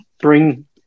bring